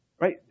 right